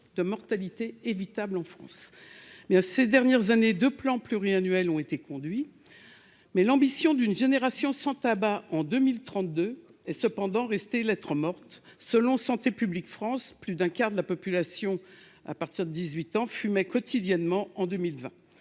de mortalité évitable en France. Au cours des dernières années, deux plans pluriannuels ont été mis en oeuvre, mais l'ambition d'une génération sans tabac en 2032 semble rester lettre morte. Selon Santé publique France, plus d'un quart de la population âgée de plus de 18 ans fumait quotidiennement en 2020.